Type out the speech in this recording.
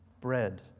bread